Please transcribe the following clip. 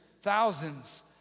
thousands